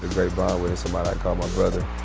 great bond with somebody i called my brother